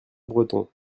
bretons